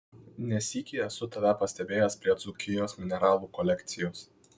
ne sykį esu tave pastebėjęs prie dzūkijos mineralų kolekcijos